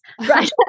right